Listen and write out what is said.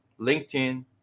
linkedin